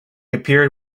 appeared